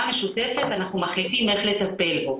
משותפת אנחנו מחליטים איך לטפל בו.